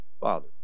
Father